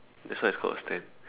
that's why it's called a stand